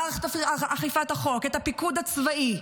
מערכת אכיפת החוק, את הפיקוד הצבאי,